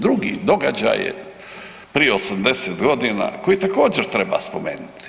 Drugi događaj je prije 80 godina koji također treba spomenuti.